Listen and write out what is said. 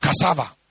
cassava